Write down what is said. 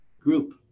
group